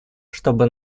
чтобы